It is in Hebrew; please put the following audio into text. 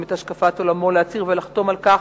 את השקפת עולמו להצהיר ולחתום על כך,